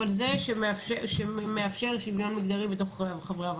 שמאפשר שוויון מגדרי בתוך חברי הוועדה.